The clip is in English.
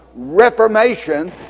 Reformation